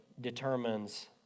determines